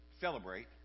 celebrate